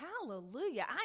Hallelujah